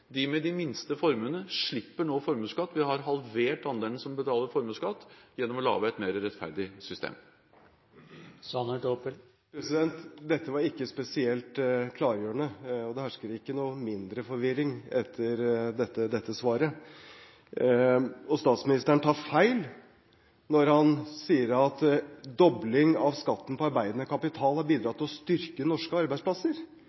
de med de minste formuene slipper nå formuesskatt. Vi har halvert andelen som betaler formuesskatt gjennom å lage et mer rettferdig system. Dette var ikke spesielt klargjørende, og det hersker ikke noe mindre forvirring etter dette svaret. Statsministeren tar feil når han sier at dobling av skatten på arbeidende kapital har